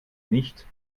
nicht